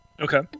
Okay